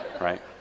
Right